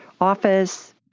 office